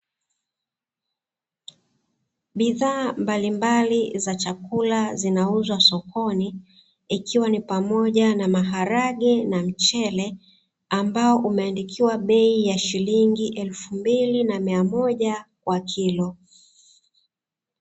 Bidhaa mbalimbali za chakula zinauzwa sokoni, ikiwa ni pamoja na maharage na mchele, ambao umeandikiwa bei ya shilingi elfu mbili na mia moja kwa kilo.